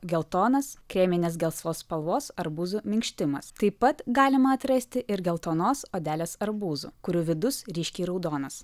geltonas kreminės gelsvos spalvos arbūzų minkštimas taip pat galima atrasti ir geltonos odelės arbūzų kurių vidus ryškiai raudonas